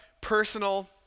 personal